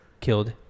killed